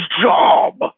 job